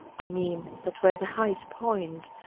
i mean that where the highest point,